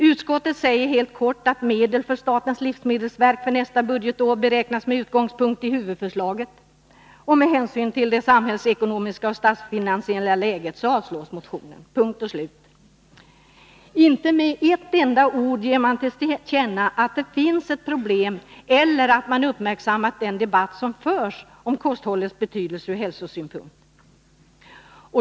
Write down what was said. Utskottet säger helt kort att medel för statens livsmedelsverk för nästa budgetår beräknas med utgångspunkt i huvudförslaget. Och med hänsyn till det samhällsekonomiska och statsfinansiella läget avstyrks motionen — punkt och slut. Inte med ett enda ord ger man till känna att det finns ett problem eller att man uppmärksammat den debatt som förs om kosthållets betydelse ur hälsosynpunkt.